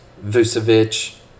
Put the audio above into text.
Vucevic